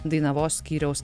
dainavos skyriaus